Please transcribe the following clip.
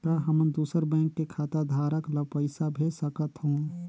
का हमन दूसर बैंक के खाताधरक ल पइसा भेज सकथ हों?